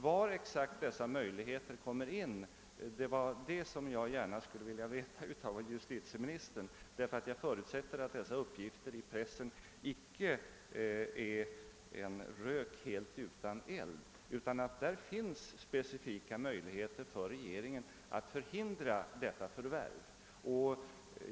Var exakt dessa möjligheter kommer in skulle jag gärna vilja veta av justitieministern. Jag förutsätter nämligen att uppgifterna i pressen inte är en rök helt utan eld, utan att regeringen har möjligheter att förhindra detta förvärv.